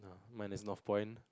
mine is Northpoint